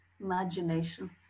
imagination